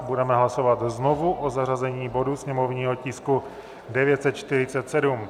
Budeme hlasovat znovu o zařazení bodu, sněmovního tisku 947.